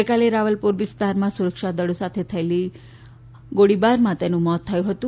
ગઇકાલે રાવલપોર વિસ્તારમાં સુરક્ષાદળો સાથે થયેલી ગોળીબારમાં તેનું મોત થયું હતું